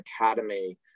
academy